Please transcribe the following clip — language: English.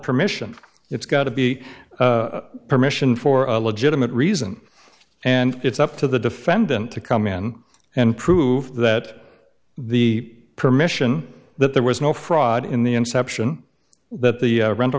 permission it's got to be permission for a legitimate reason and it's up to the defendant to come in and prove that the permission that there was no fraud in the inception that the rental